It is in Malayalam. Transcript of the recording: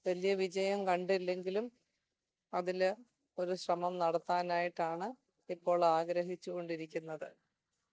വലിയ വിജയം കണ്ടില്ലെങ്കിലും അതിൽ ഒരു ശ്രമം നടത്താനായിട്ടാണ് ഇപ്പോൾ ആഗ്രഹിച്ചു കൊണ്ടിരിക്കുന്നത്